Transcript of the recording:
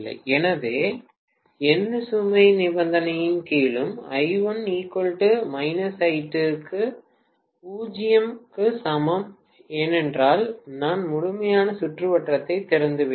எனவே எந்த சுமை நிபந்தனையின் கீழும் I1 I2 இது 0 க்கு சமம் ஏனென்றால் நான் முழுமையான சுற்றுவட்டத்தைத் திறந்துவிட்டேன்